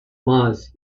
mars